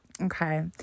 Okay